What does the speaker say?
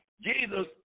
Jesus